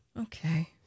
Okay